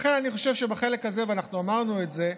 לכן אני חושב שבחלק הזה, ואנחנו אמרנו את זה,